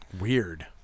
Weird